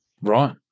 Right